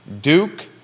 Duke